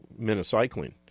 minocycline